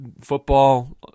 football